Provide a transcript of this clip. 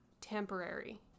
temporary